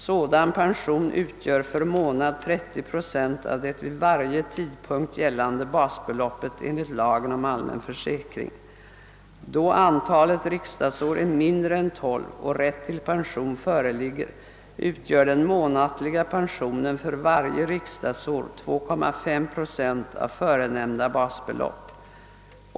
Sådan pension utgör för månad 30 procent av det vid varje tidpunkt gällande basbeloppet enligt lagen om allmän försäkring. Då antalet riksdagsår är mindre än tolv och rätt till pension föreligger, utgör den månatliga pensionen för varje riksdagsår 2,5 procent av förenämnda basbelopp.